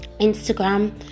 instagram